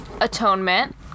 Atonement